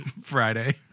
Friday